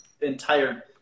entire